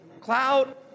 cloud